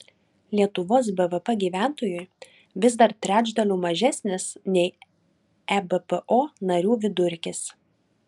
lietuvos bvp gyventojui vis dar trečdaliu mažesnis nei ebpo narių vidurkis